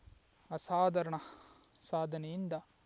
ಅಸಾಧರಣ ಸಾಧನೆಯಿಂದ